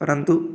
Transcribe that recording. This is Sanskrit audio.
परन्तु